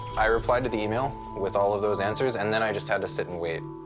i replied to the email with all of those answers, and then i just had to sit and wait.